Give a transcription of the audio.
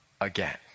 again